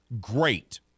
great